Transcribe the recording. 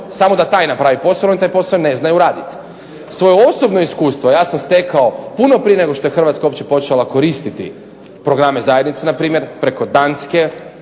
samo da taj napravi posao jer oni taj posao ne znaju raditi. Svoje osobno iskustvo ja sam stekao puno prije nego što je Hrvatska uopće počela koristiti programe zajednice npr. preko Danske,